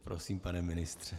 Prosím, pane ministře.